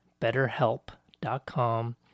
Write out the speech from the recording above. betterhelp.com